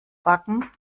backen